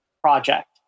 project